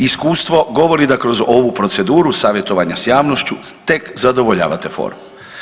Iskustvo govori da kroz ovu proceduru savjetovanja s javnošću tek zadovoljavate formu.